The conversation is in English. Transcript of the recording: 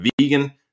vegan